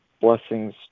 blessings